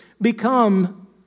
become